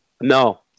No